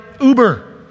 Uber